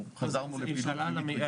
אנחנו חושבים שהוא עשה טוב מאוד.